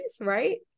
right